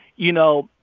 you know,